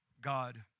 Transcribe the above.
God